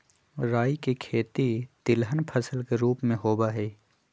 राई के खेती तिलहन फसल के रूप में होबा हई